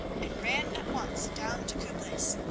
and ran at once down to kublis.